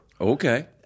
Okay